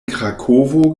krakovo